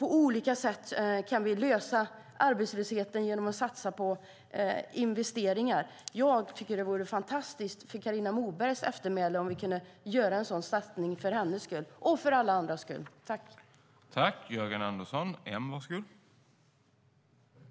På olika sätt kan vi lösa arbetslösheten genom att satsa på investeringar. Jag tycker att det vore fantastiskt för Carina Mobergs eftermäle om vi kunde göra en sådan satsning för hennes och för alla andras skull. I detta anförande instämde Hillevi Larsson .